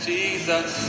Jesus